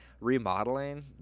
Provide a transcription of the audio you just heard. remodeling